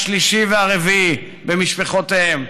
השלישי והרביעי במשפחותיהם.